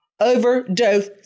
overdose